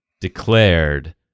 declared